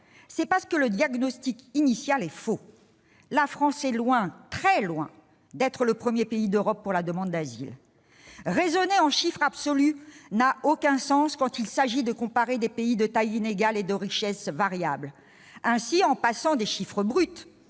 c'est parce que le diagnostic initial est faux : la France est loin, très loin d'être le premier pays d'Europe pour la demande d'asile. « Raisonner en chiffres absolus n'a aucun sens quand il s'agit de comparer des pays de taille inégale et de richesse variable. » Ainsi, en passant des chiffres bruts